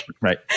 Right